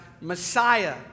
Messiah